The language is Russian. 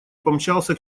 помчался